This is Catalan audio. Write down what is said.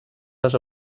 les